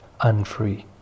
unfree